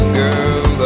girl